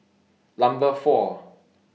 Number four